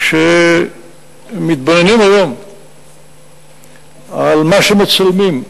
כשמתבוננים היום על מה שמצלמים,